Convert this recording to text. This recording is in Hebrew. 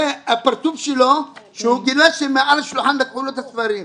זה הפרצוף שלו כשהוא גילה כשמעל השולחן לקחו לו את הספרים.